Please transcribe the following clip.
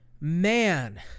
man